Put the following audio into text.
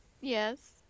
Yes